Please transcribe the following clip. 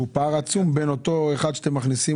שהוא פער עצום בין אותו אחד שאתם מכניסים